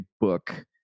book